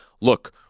look